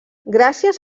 gràcies